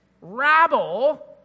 rabble